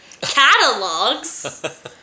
catalogs